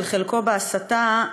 של חלקו בהסתה,